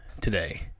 today